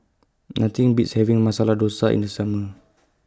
Nothing Beats having Masala Dosa in The Summer